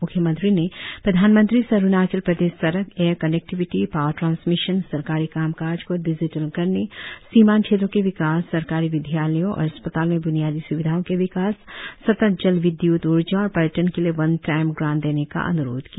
म्ख्यमंत्री ने प्रधानमंत्री से अरुणाचल प्रदेश सड़क एयर कनेक्टिविटी पावर ट्रांसमिशन सरकारी काम काज को डिजिटल करने सीमांत क्षेत्रों के विकास सरकारी विद्यालयों और अस्पताल में ब्नियादी स्विधाओं के विकास सतत जल विद्यूत ऊर्जा और पर्यटन के लिए वन टाइम ग्रांट देने का अन्रोध किया